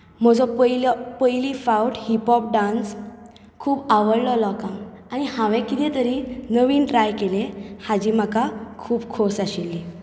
म्हजो पयली फावच हिपहॉप डांस खूब आवडलो लोकांक आनी हावें कितें तरी नवीन ट्राय केलें हाजी म्हाका खूब खोस आशिल्ली